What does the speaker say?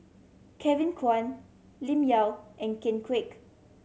Kevin Kwan Lim Yau and Ken Kwek